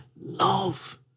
love